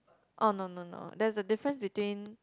oh no no no there is a difference between